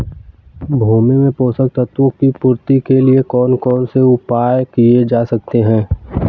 भूमि में पोषक तत्वों की पूर्ति के लिए कौन कौन से उपाय किए जा सकते हैं?